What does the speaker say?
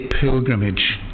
pilgrimage